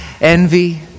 envy